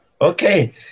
Okay